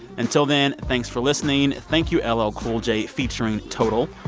until then, thanks for listening. thank you, l l. cool j featuring, total.